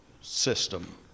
system